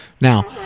now